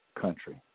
country